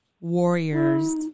Warriors